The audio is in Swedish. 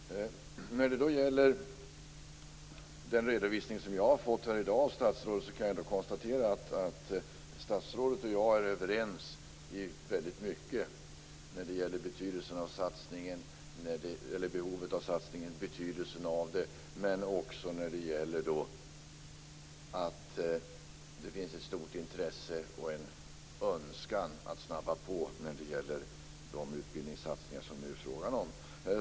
Fru talman! När det gäller den redovisning jag har fått här i dag av statsrådet kan jag konstatera att statsrådet och jag är överens i väldigt mycket om behovet av satsningen och betydelsen av den. Det finns också ett stort intresse och en önskan att snabba på de utbildningssatsningar som det nu är fråga om.